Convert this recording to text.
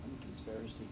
conspiracy